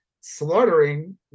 slaughtering